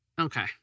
Okay